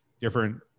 different